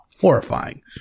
Horrifying